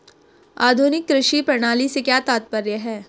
आधुनिक कृषि प्रणाली से क्या तात्पर्य है?